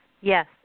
yes